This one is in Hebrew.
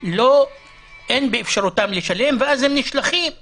אין באפשרותם לשלם, ואז הם נשלחים למאסר.